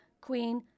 Queen